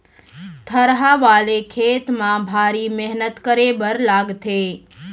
थरहा वाले खेत म भारी मेहनत करे बर लागथे